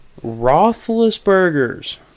Roethlisberger's